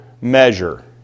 measure